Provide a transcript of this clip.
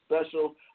special